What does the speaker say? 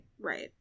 Right